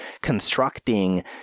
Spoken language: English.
constructing